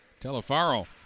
Telefaro